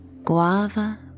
Guava